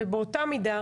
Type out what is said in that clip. באותה מידה